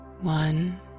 One